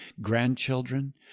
grandchildren